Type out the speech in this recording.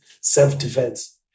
self-defense